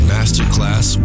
Masterclass